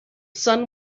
son